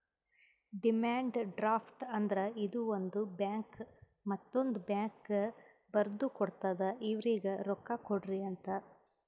demand draft ಅಂದ್ರ ಇದು ಒಂದು ಬ್ಯಾಂಕ್ ಮತ್ತೊಂದ್ ಬ್ಯಾಂಕ್ಗ ಬರ್ದು ಕೊಡ್ತಾದ್ ಇವ್ರಿಗ್ ರೊಕ್ಕಾ ಕೊಡ್ರಿ ಅಂತ್